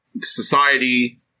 society